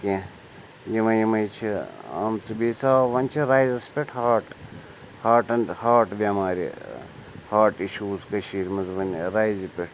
کینٛہہ یِمَے یِمَے چھِ آمژٕ بیٚیہِ سۄ ؤنۍ چھِ رایزَس پٮ۪ٹھ ہاٹ ہاٹَن ہاٹ بٮ۪مارِ ہاٹ اِشوٗز کٔشیٖر منٛز وۄنۍ رایزِ پٮ۪ٹھ